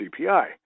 CPI